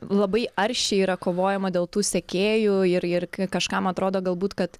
labai aršiai yra kovojama dėl tų sekėjų ir ir kažkam atrodo galbūt kad